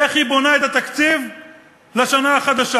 איך היא בונה את התקציב לשנה החדשה,